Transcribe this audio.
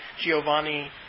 Giovanni